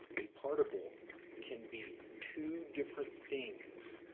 a particle can be two different things,